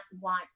want